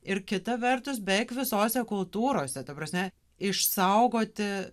ir kita vertus beveik visose kultūrose ta prasme išsaugoti